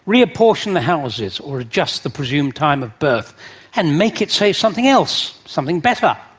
reapportion the houses or adjust the presumed time of birth and make it say something else, something better.